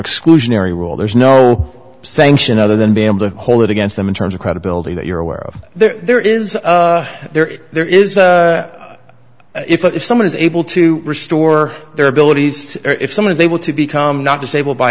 exclusionary rule there's no sanction other than being able to hold it against them in terms of credibility that you're aware of there is there there is if someone is able to restore their abilities or if someone is able to become not disabled by